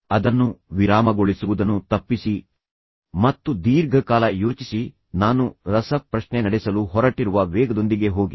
ಅದನ್ನು ವಿರಾಮಗೊಳಿಸುವುದನ್ನು ತಪ್ಪಿಸಿ ಮತ್ತು ದೀರ್ಘಕಾಲ ಯೋಚಿಸಿ ನಾನು ರಸಪ್ರಶ್ನೆ ನಡೆಸಲು ಹೊರಟಿರುವ ವೇಗದೊಂದಿಗೆ ಹೋಗಿ